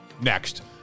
next